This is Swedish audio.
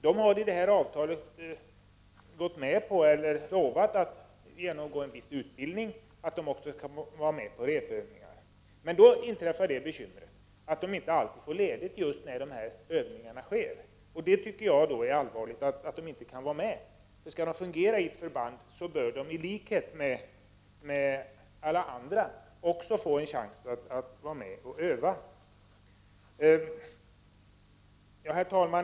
De har i sitt avtal lovat att genomgå en viss utbildning och att de också skall vara med på repövningar. Då inträffar det bekymmersamma att de inte alltid får ledigt just när de övningarna sker. Jag tycker att det är allvarligt att de då inte kan vara med. Skall de fungera i ett förband bör de i likhet med alla andra få en chans att vara med och öva. Herr talman!